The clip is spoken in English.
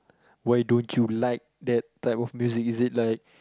why don't you like that type of music is it like